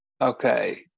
Okay